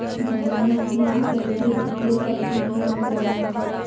धनिया बीज कैसे रुपए प्रति किलोग्राम है?